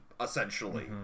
essentially